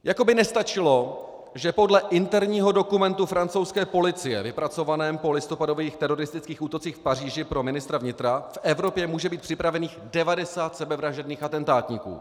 Jako by nestačilo, že podle interního dokumentu francouzské policie vypracovaného po listopadových teroristických útocích v Paříži pro ministra vnitra v Evropě může být připravených 90 sebevražedných atentátníků.